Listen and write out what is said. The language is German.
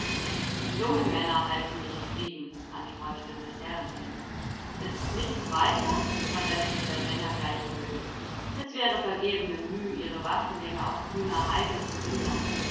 die jungen männer halten nicht frieden antwortete das herrenkind ist's nichts weiter versetzte der sänger gleichgültig es wäre vergebene müh ihre waffengänge auf grüner heide zu hindern